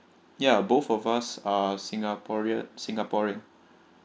ya both of us are singaporean singaporean